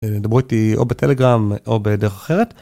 דברו איתי או בטלגרם או בדרך אחרת.